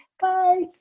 bye